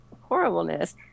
horribleness